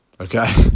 okay